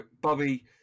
Bobby